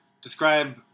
Describe